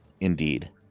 indeed